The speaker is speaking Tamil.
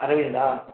அரவிந்த்